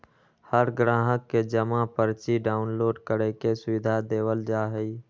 हर ग्राहक के जमा पर्ची डाउनलोड करे के सुविधा देवल जा हई